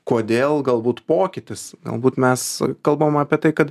kodėl galbūt pokytis galbūt mes kalbam apie tai kad